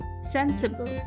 sensible